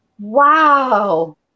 Wow